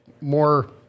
more –